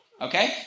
Okay